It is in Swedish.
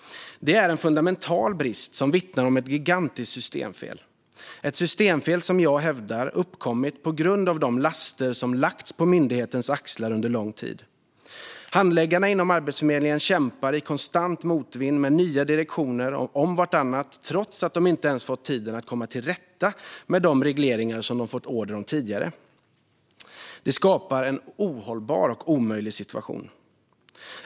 Det är fundamentala brister som vittnar om ett gigantiskt systemfel. Jag hävdar att detta systemfel har uppkommit på grund av de laster som lagts på myndighetens axlar under lång tid. Handläggarna inom Arbetsförmedlingen kämpar i konstant motvind med nya direktioner och så vidare, trots att de inte ens fått tid att komma till rätta med de regleringar som de fått order om tidigare. Det skapar en ohållbar och omöjlig situation.